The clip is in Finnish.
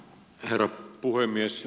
herra puhemies